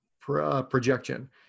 projection